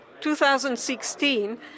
2016